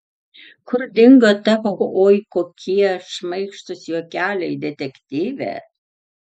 kur dingo tavo oi kokie šmaikštūs juokeliai detektyve